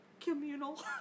communal